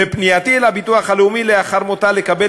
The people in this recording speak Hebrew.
בפנייתי אל הביטוח הלאומי לאחר מותה לקבל